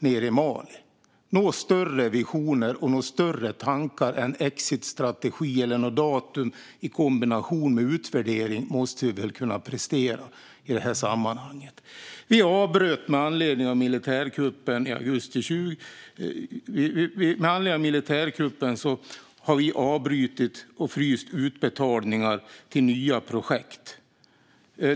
Några större visioner och några större tankar än en exitstrategi eller något datum i kombination med utvärdering måste vi väl kunna prestera i det här sammanhanget. Vi avbröt med anledning av militärkuppen i augusti 2020. Med anledning av militärkuppen har vi avbrutit och fryst utbetalningar till nya projekt.